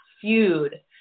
feud